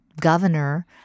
governor